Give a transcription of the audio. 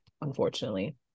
unfortunately